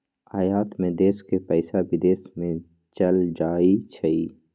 आयात में देश के पइसा विदेश में चल जाइ छइ